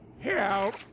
Help